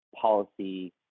policy